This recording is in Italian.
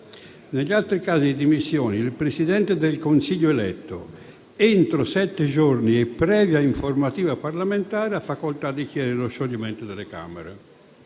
«Negli altri casi di dimissioni, il Presidente del Consiglio eletto, entro sette giorni e previa informativa parlamentare, ha facoltà di chiedere lo scioglimento delle Camere